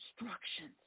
instructions